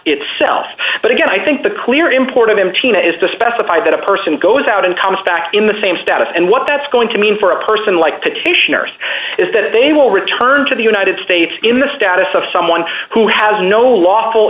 itself but again i think the clear import of emptiness is to specify that a person goes out and comes back in the same status and what that's going to mean for a person like petitioners is that they will return to the united states in the status of someone who has no lawful